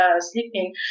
sleeping